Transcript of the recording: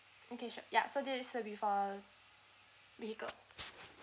okay sure ya so this is with a vehicle